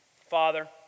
father